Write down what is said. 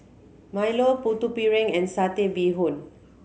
Milo Putu Piring and Satay Bee Hoon